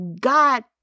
God